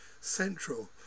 central